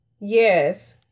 Yes